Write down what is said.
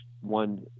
one